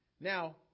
Now